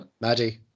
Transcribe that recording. Maddie